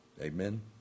Amen